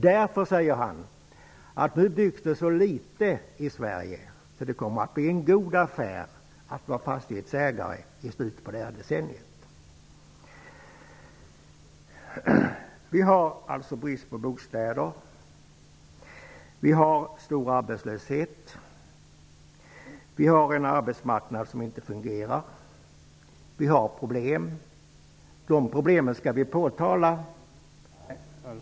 Han sade att det nu byggs så litet i Sverige att det kommer att bli en god affär att vara fastighetsägare i slutet av det här decenniet. Vi har alltså brist på bostäder. Vi har stor arbetslöshet. Vi har en arbetsmarknad som inte fungerar. Vi har problem, som vi skall påtala.